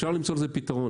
אפשר למצוא לזה פתרון,